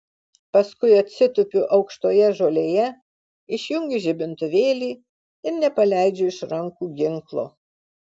paskui atsitupiu aukštoje žolėje išjungiu žibintuvėlį ir nepaleidžiu iš rankų ginklo